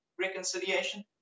reconciliation